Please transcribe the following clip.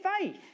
faith